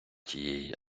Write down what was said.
тієї